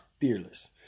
fearless